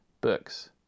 books